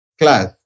class